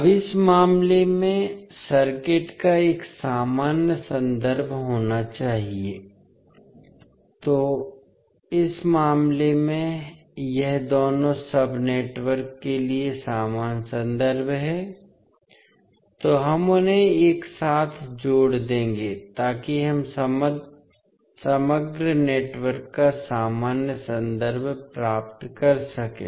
अब इस मामले में सर्किट का एक सामान्य संदर्भ होना चाहिए तो इस मामले में यह दोनों सब नेटवर्क के लिए सामान्य संदर्भ है तो हम उन्हें एक साथ जोड़ देंगे ताकि हम समग्र नेटवर्क का सामान्य संदर्भ प्राप्त कर सकें